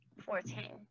Fourteen